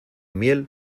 miel